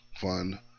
fun